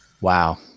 Wow